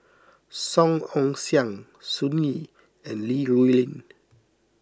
Song Ong Siang Sun Yee and Li Rulin